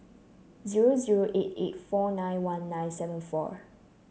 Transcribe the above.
zero zero eight eight four nine one nine seven four